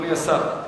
אדוני השר.